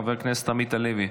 חבר הכנסת עמית הלוי,